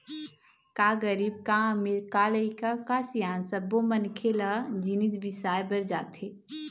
का गरीब का अमीर, का लइका का सियान सब्बो मनखे ल जिनिस बिसाए बर जाथे